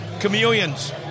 chameleons